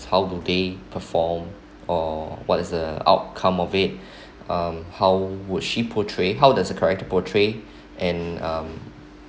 how do they perform or what is the outcome of it um how would she portray how does a character portray and um